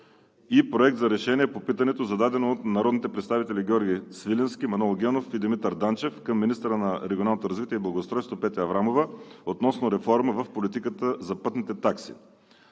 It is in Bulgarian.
и Проект за решение по питането, зададено от народните представители Георги Свиленски, Манол Генов и Димитър Данчев към министъра на регионалното развитие и благоустройството Петя Аврамова относно реформа в политиката за пътните такси.